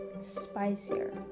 spicier